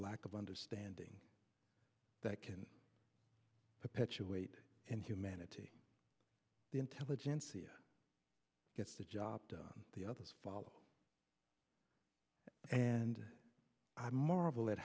lack of understanding that can perpetuate and humanity the intelligentsia gets the job done the others follow and i marvel at